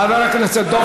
חבר הכנסת דב